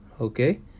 okay